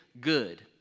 good